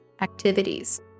activities